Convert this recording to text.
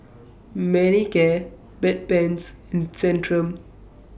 Manicare Bedpans and Centrum